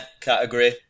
category